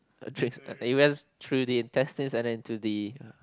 trace at events through the intestine and then to the